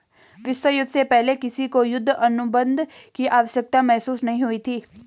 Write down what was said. विश्व युद्ध से पहले किसी को युद्ध अनुबंध की आवश्यकता महसूस नहीं हुई थी